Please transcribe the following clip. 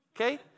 okay